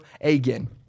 again